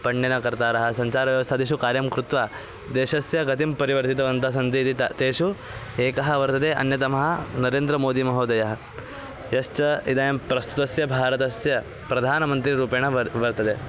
पुण्यकर्तारः सञ्चारव्यवस्थादिषु कार्यं कृत्वा देशस्य गतिं परिवर्तितवन्तः सन्ति इति त तेषु एकः वर्तते अन्यतमः नरेन्द्रमोदीमहोदयः यश्च इदानीं प्रस्तुतस्य भारतस्य प्रधानमन्त्रीरूपेण वर् वर्तते